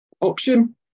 option